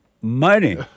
money